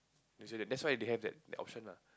that that's why they have that option ah